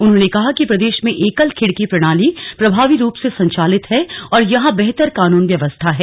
उन्होंने कहा कि प्रदेश में एकल खिड़की प्रणाली प्रभावी रूप से संचालित है और यहां बेहतर कानून व्यवस्था है